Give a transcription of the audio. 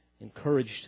encouraged